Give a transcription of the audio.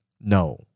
no